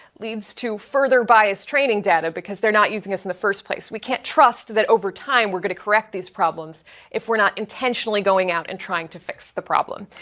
leads to further bias training data because they're not using us in the first place. we can't trust that over time we're going to correct these problems if we're not intentionally going out, and trying to fix the problem.